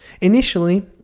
Initially